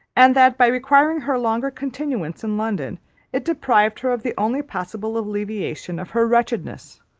and that by requiring her longer continuance in london it deprived her of the only possible alleviation of her wretchedness,